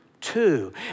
two